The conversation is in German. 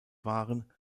waren